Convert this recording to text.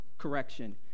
correction